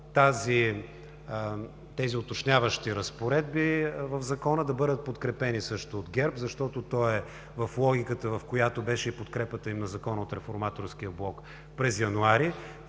тези уточняващи разпоредби в Закона да бъдат подкрепени също от ГЕРБ, защото е в логиката, в която беше и подкрепата им на Закона от Реформаторския блок през месец